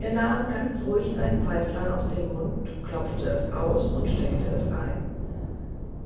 er nahm ganz ruhig sein pfeiflein aus dem mund klopfte es aus und steckte es ein